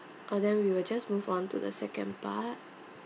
uh then we will just move on to the second part